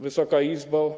Wysoka Izbo!